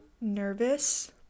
nervous